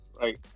Right